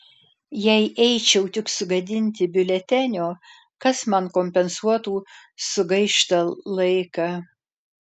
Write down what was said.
jei eičiau tik sugadinti biuletenio kas man kompensuotų sugaištą laiką